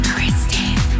Kristen